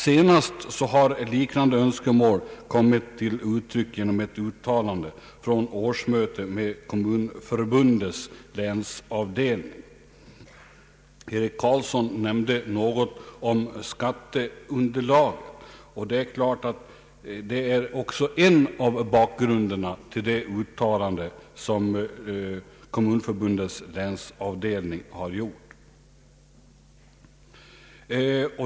Senast har liknande önskemål kommit till uttryck genom ett uttalande från årsmötet med Kommunförbundets länsavdelning. Herr Eric Carlsson nämnde något om «skatteunderlaget, och det är givetvis också en del av bakgrunden till det uttalande som Kommunförbundes länsavdelning har gjort.